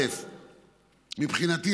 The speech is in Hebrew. מבחינתי,